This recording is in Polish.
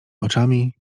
oczami